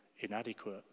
inadequate